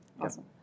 Awesome